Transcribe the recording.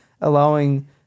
allowing